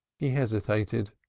he hesitated.